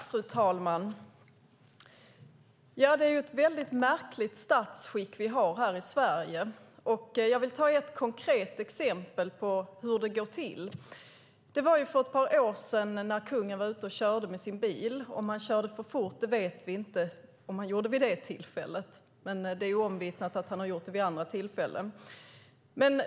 Fru talman! Det är ett märkligt statsskick vi har här i Sverige. Jag vill ta ett konkret exempel på hur det går till. För ett par år sedan var kungen ute och körde med sin bil. Om han körde för fort vid det tillfället vet vi inte, men det är omvittnat att han har gjort det vid andra tillfällen.